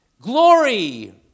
glory